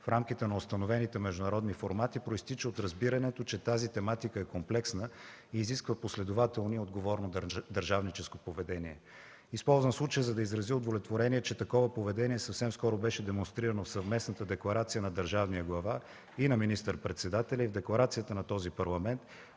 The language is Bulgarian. в рамките на установените международни формати произтича от разбирането, че тази тематика е комплексна и изисква последователно и отговорно държавническо поведение. Използвам случая, за да изразя удовлетворение, че такова поведение съвсем скоро беше демонстрирано в съвместната декларация на държавния глава и на министър-председателя, и в декларацията на този Парламент,